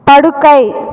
படுக்கை